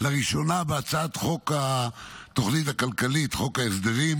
לראשונה בהצעת חוק התוכנית הכלכלית, חוק ההסדרים,